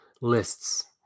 lists